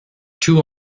two